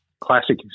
classic